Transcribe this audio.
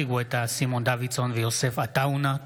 התשפ"ד 2024,